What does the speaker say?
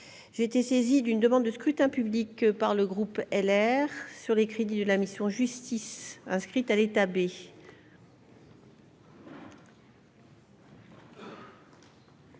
j'ai été saisi d'une demande de scrutin public par le groupe LR sur les crédits de la mission Justice inscrite à l'état B.